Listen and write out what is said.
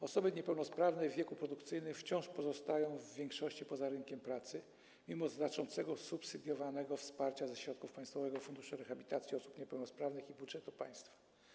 Osoby niepełnosprawne w wieku produkcyjnym wciąż pozostają w większości poza rynkiem pracy mimo znaczącego subsydiowanego wsparcia ze środków Państwowego Funduszu Rehabilitacji Osób Niepełnosprawnych i budżetu państwa.